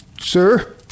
Sir